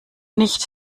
nicht